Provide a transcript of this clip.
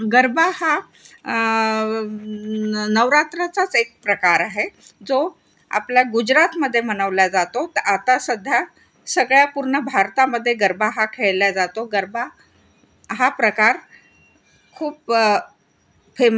गरबा हा नवरात्राचाच एक प्रकार आहे जो आपल्या गुजरातमध्ये मनवल्या जातो तर आता सध्या सगळ्या पूर्ण भारतामध्ये गरबा हा खेळल्या जातो गरबा हा प्रकार खूप फेम